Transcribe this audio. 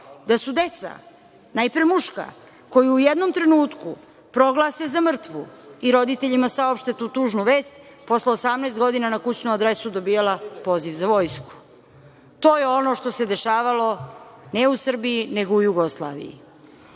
da su deca, najpre muška, koje u jednom trenutku proglase za mrtvo i roditeljima saopšte tu tužnu vest, posle 18 godina na kućnu adresu dobijala poziv za vojsku. To je ono što se dešavalo, ne u Srbiji, nego u Jugoslaviji. Nije